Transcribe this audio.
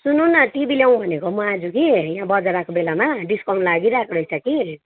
सुन्नु न टिभी ल्याउँ भनेको म आज कि यहाँ बजार आएको बेलामा डिस्काउन्ट लागिरहेको रहेछ कि